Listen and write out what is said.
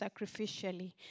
sacrificially